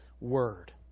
word